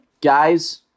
Guys